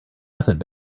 method